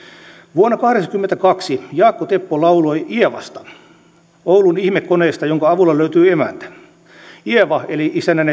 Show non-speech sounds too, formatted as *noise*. vuonna kahdeksankymmentäkaksi jaakko teppo lauloi ievasta oulun ihmekoneesta jonka avulla löytyy emäntä ieva eli isännän *unintelligible*